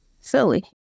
silly